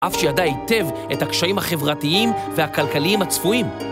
אף שידע היטב את הקשיים החברתיים והכלכליים הצפויים.